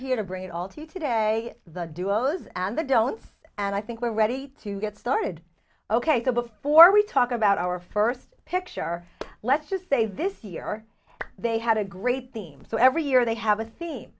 here to bring it all to you today the duo's and the don'ts and i think we're ready to get started ok before we talk about our first picture let's just say this year they had a great team so every year they have a t